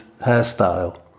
hairstyle